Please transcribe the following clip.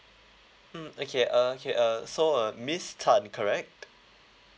mm okay uh okay uh so uh miss tan correct